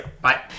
Bye